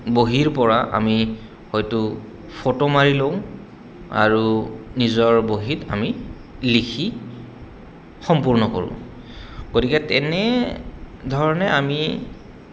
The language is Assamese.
বহীৰ পৰা আমি হয়তো ফটো মাৰি লওঁ আৰু নিজৰ বহীত আমি লিখি সম্পূৰ্ণ কৰোঁ গতিকে তেনে ধৰণে আমি